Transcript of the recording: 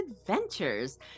adventures